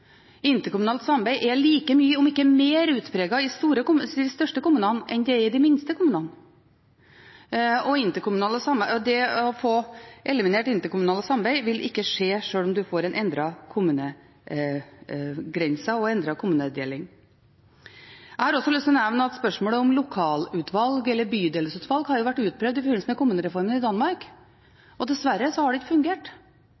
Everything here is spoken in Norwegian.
Interkommunalt samarbeid er like mye, om ikke mer utpreget i de største kommunene enn det er i de minste kommunene. Det å få eliminert interkommunalt samarbeid vil ikke skje, sjøl om en får en endret kommunegrense og en endret kommunedeling. Jeg vil også nevne at spørsmålet om lokalutvalg eller bydelsutvalg har vært utprøvd i forbindelse med kommunereformen i Danmark. Dessverre har det ikke fungert.